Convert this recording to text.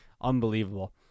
Unbelievable